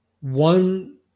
one